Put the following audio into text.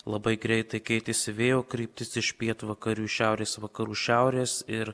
labai greitai keitėsi vėjo kryptis iš pietvakarių šiaurės vakarų šiaurės ir